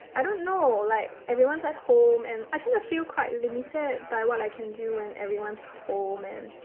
i don't know, like, everyone's at home and i tend to feel quite limited by what i can do when everyone's home and.